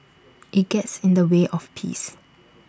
IT gets in the way of peace